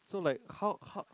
so like how how